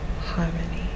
harmony